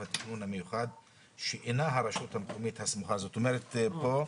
התכנון המיוחד שאינה הרשות המקומית הסמוכה..." פה,